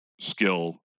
skill